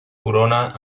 corona